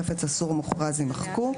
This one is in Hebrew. חפץ אסור מוכרז)" יימחקו,